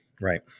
right